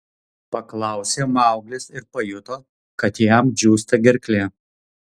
paklausė mauglis ir pajuto kad jam džiūsta gerklė